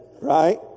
right